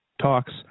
talks